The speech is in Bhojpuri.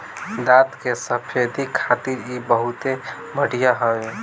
दांत के सफेदी खातिर इ बहुते बढ़िया हवे